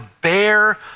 bear